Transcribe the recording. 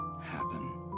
happen